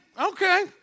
okay